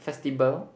festibal